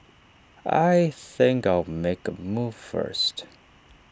I think I'll make A move first